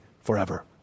forever